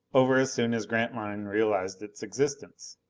over as soon as grantline realized its existence.